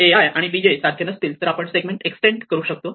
a i आणि b j सारखे असतील तर आपण सेगमेंट एक्सटेंड करू शकतो